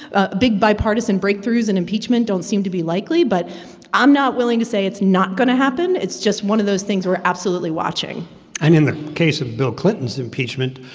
ah big bipartisan breakthroughs in impeachment don't seem to be likely. but i'm not willing to say it's not going to happen. it's just one of those things we're absolutely watching and in the case of bill clinton's impeachment,